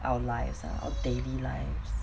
our lives ah our daily lives